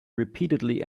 repeatedly